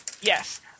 yes